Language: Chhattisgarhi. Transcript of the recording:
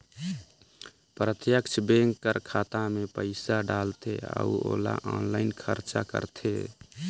प्रत्यक्छ बेंक कर खाता में पइसा डालथे अउ ओला आनलाईन खरचा करथे